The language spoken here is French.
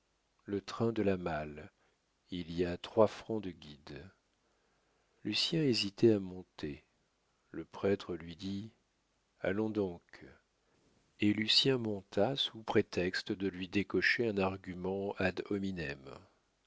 le train de la malle il y a trois francs de guides lucien hésitait à monter le prêtre lui dit allons donc et lucien monta sous prétexte de lui décocher un argument